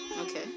Okay